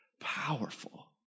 powerful